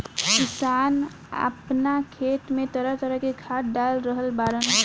किसान आपना खेत में तरह तरह के खाद डाल रहल बाड़न